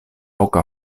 oka